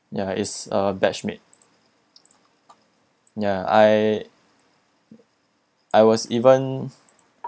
ya is a batch mate ya I I was even